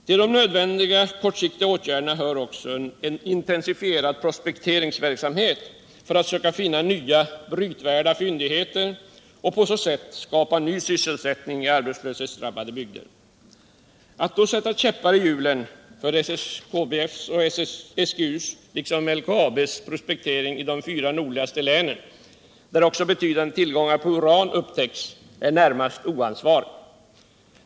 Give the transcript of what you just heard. Till de nödvändiga kortsiktiga åtgärderna hör också en intensifierad prospekteringsverksamhet för att söka finna nya brytvärda fyndigheter och på så sätt skapa ny sysselsättning i arbetslöshetsdrabbade bygder. Att då sätta käppar i hjulen för SKBF:s och SGU:s liksom för LKAB:s prospekteringar i de fyra nordligaste länen, där även betydande tillgångar på uran upptäckts, är närmast oansvarigt.